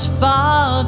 far